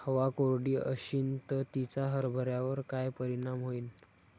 हवा कोरडी अशीन त तिचा हरभऱ्यावर काय परिणाम होईन?